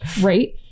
right